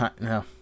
No